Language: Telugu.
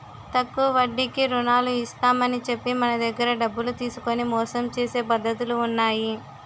తక్కువ వడ్డీకి రుణాలు ఇస్తామని చెప్పి మన దగ్గర డబ్బులు తీసుకొని మోసం చేసే పద్ధతులు ఉన్నాయి